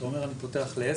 אתה לא אומר שזה של עסק?